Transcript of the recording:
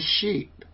sheep